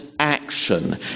Action